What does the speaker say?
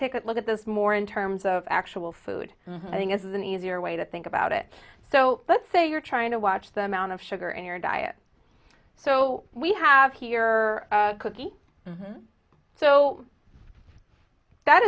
take a look at this more in terms of actual food i think is an easier way to think about it so let's say you're trying to watch them out of sugar in your diet so we have here are a cookie so that